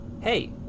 hey